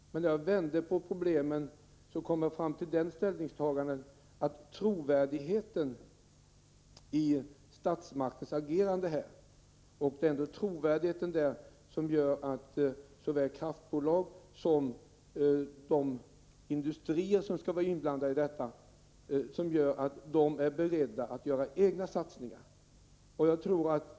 Jag kom fram till det ställningstagandet att trovärdigheten i statsmaktens agerande är viktig. Den trovärdigheten bidrar till att såväl kraftbolag som de industrier som skall vara inblandade är beredda att göra egna satsningar.